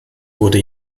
wurde